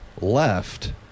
left